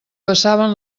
passaven